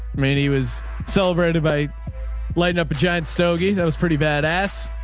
man. he was celebrated by lighten up a giant stokey. that was pretty bad ass.